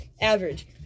average